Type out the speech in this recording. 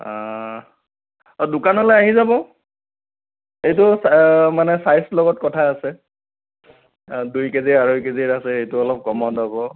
অ দোকানলৈ আহি যাব এইটো মানে চাইজৰ লগত কথা আছে দুই কেজি আঢ়ৈ কেজিৰ আছে সেইটো অলপ কমত হ'ব